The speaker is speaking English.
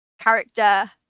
character